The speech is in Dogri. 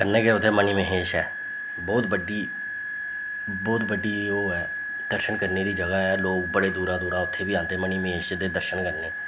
पैह्लै ते उत्थें मनी महेश ऐ बोह्त बड्डी बोह्त बड्डी ओह् ऐ दर्शन करने गी जगह् ऐ लोक बड़ी दूरा दूरा उत्थें बी आंदे मनी महेश दे दर्शन करने गी